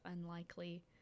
unlikely